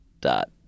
dot